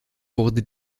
wurde